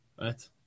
Right